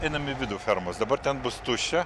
einam į vidų fermos dabar ten bus tuščia